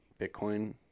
Bitcoin